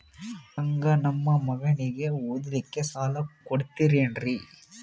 ಹಂಗ ನಮ್ಮ ಮಗನಿಗೆ ಓದಲಿಕ್ಕೆ ಸಾಲ ಕೊಡ್ತಿರೇನ್ರಿ?